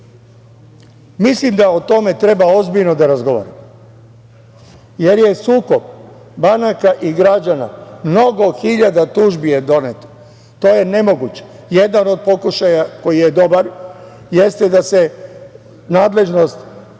Mislim da o tome treba ozbiljno da razgovarao, jer je sukob banaka i građana, mnogo hiljada tužbi je doneto. To je nemoguće. Jedan od pokušaja koji je dobar jeste da se nadležnost